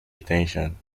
retention